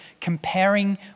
comparing